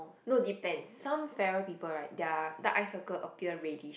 no depends some fairer people right their dark eye circle appear reddish